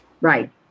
Right